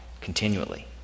continually